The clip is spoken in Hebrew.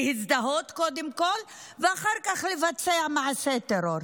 להזדהות קודם כול, ואחר כך לבצע מעשה טרור.